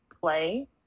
play